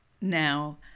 Now